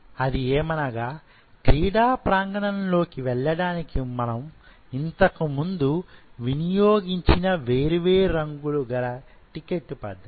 అది ఏమనగా క్రీడా ప్రాంగణంలో కి వెళ్లడానికి మనం ఇంతకుముందు వినియోగించిన వేర్వేరు రంగులు గల టికెట్ పద్ధతి